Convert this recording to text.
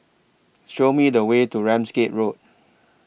Show Me The Way to Ramsgate Road